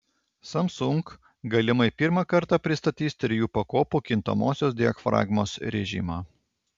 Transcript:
samsung galimai pirmą kartą pristatys trijų pakopų kintamosios diafragmos rėžimą